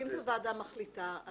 אם זו ועדה מחליטה.